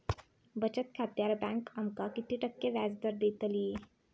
बचत खात्यार बँक आमका किती टक्के व्याजदर देतली?